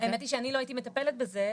האמת שאני לא הייתי מטפלת בזה,